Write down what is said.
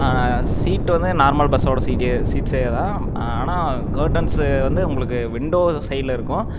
சீட்டு வருது நார்மல் பஸ்ஸோடய seat seats தான் ஆனால் கர்ட்டன்ஸ் வந்து உங்களுக்கு விண்டோ சைடில் இருக்கும்